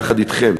יחד אתכם,